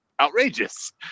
outrageous